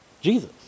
Jesus